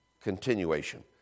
Continuation